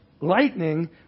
lightning